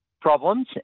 problems